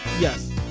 yes